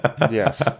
Yes